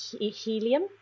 helium